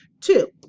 Two